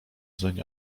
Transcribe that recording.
zeń